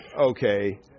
okay